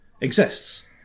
exists